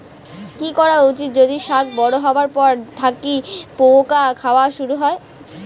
কি করা উচিৎ যদি শাক বড়ো হবার পর থাকি পোকা খাওয়া শুরু হয়?